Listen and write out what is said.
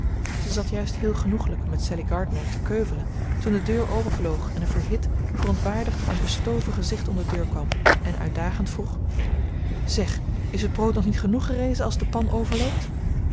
ze zat juist heel genoeglijk met sallie gardiner te keuvelen toen de deur openvloog en een verhit verontwaardigd en bestoven gezicht om de deur kwam en uitdagend vroeg zeg is het brood nog niet genoeg gerezen als de pan overloopt